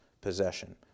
possession